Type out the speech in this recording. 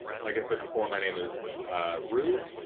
like i said before, my name is roo.